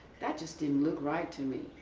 that just didn't look right to me.